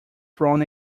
thrown